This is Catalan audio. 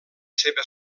seva